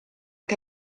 che